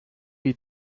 you